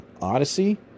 Odyssey